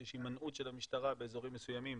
שיש הימנעות של המשטרה באזורים מסוימים